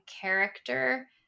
character